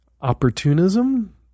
opportunism